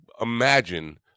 imagine